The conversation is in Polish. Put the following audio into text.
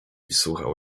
wsłuchał